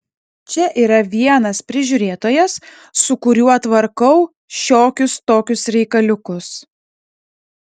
čia yra vienas prižiūrėtojas su kuriuo tvarkau šiokius tokius reikaliukus